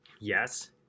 yes